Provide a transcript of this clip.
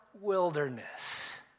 wilderness